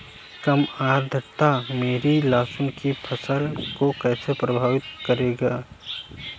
कम आर्द्रता मेरी लहसुन की फसल को कैसे प्रभावित करेगा?